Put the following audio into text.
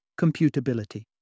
computability